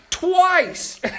Twice